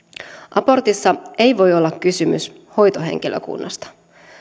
abortissa ei voi olla kysymys hoitohenkilökunnasta